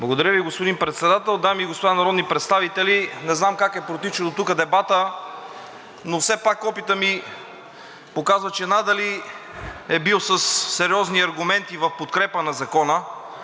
Благодаря Ви, господин Председател. Дами и господа народни представители, не знам как е протичал дотук дебатът, но все пак опитът ми показва, че надали е бил със сериозни аргументи в подкрепа на Закона,